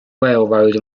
railroad